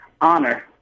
honor